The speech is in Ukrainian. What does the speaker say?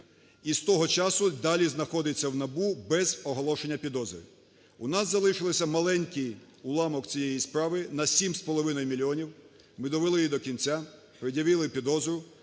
із того часу далі знаходиться в НАБУ без оголошення підозри. У нас залишився маленький уламок цієї справи на 7,5 мільйонів, ми довели її до кінця, пред'явили підозру,